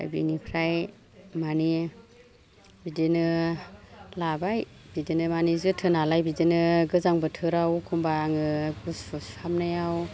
ओमफ्रा बिनिफ्राय मानि बिदिनो लाबाय बिदिनो मानि जोथोनालाय बिदिनो गोजां बोथोराव अखम्बा आङो गुसु सुहाबनायाव